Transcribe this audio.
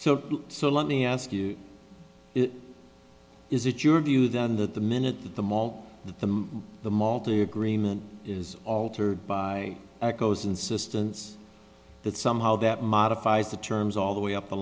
so so let me ask you is it your view then that the minute the mall the the mall to the agreement is altered by those insistence that somehow that modifies the terms all the way up the